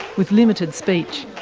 with limited speech.